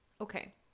Okay